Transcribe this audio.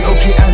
Okay